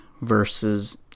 versus